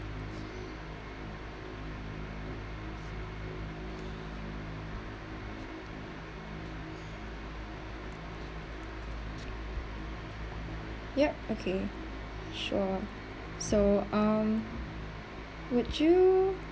yup okay sure so um would you